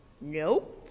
Nope